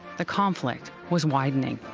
the conflict was widening.